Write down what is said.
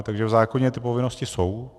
Takže v zákoně ty povinnosti jsou.